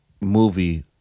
movie